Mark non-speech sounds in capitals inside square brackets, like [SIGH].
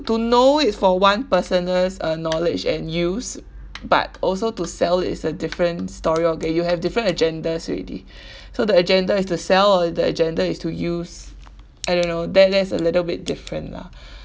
to know it for one personal uh knowledge and use but also to sell it is a different story okay you have different agendas already [BREATH] so the agenda is to sell or the agenda is to use I don't know that~ that's a little bit different lah [BREATH]